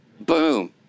Boom